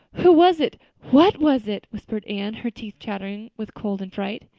who was it what was it? whispered anne, her teeth chattering with cold and fright.